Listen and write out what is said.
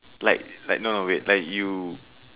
like like no no wait like you